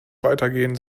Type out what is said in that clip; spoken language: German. weitergehen